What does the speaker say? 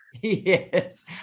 Yes